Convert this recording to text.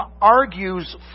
argues